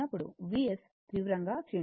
Vs తీవ్రంగా క్షీణిస్తుంది